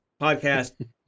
podcast